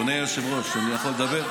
אדוני היושב-ראש, אני יכול לדבר?